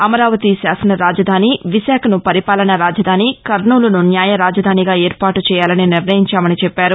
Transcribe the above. అమరావతిని శాసన రాజధాని విశాఖను పరిపాలనా రాజధాని కర్నూలును న్యాయ రాజధానిగా ఏర్పాటు చేయాలని నిర్ణయించామని చెప్పారు